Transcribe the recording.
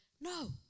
No